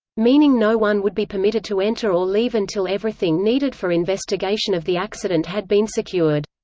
meaning no one would be permitted to enter or leave until everything needed for investigation of the accident had been secured.